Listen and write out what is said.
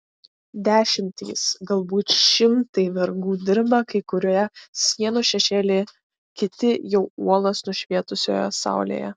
dešimtys galbūt šimtai vergų dirba kai kurie sienų šešėlyje kiti jau uolas nušvietusioje saulėje